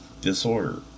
disorder